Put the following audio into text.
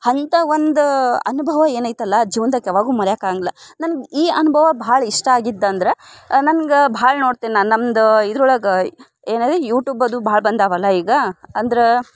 ಹಂತ ಒಂದು ಅನುಭವ ಏನೈತಲ್ಲ ಜೀವನ್ದಾಗ ಯಾವಾಗ್ಲೂ ಮರೆಯೋಕೆ ಆಗೋಂಗಿಲ್ಲ ನನ್ಗೆ ಈ ಅನುಭವ ಭಾಳ ಇಷ್ಟ ಆಗಿದ್ದು ಅಂದ್ರೆ ನನ್ಗೆ ಭಾಳ ನೋಡ್ತೀನಿ ನಮ್ದು ಇದ್ರ ಒಳಗೆ ಏನು ಅದು ಯೂಟೂಬ್ ಅದು ಭಾಳ ಬಂದಾವ ಅಲ್ಲ ಈಗ ಅಂದ್ರೆ